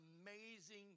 amazing